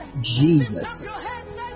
Jesus